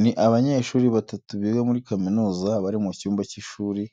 Ni abanyeshuri batatu biga muri kaminuza, bari mu cyumba cy'ishuri,